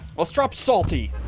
let's drop salty.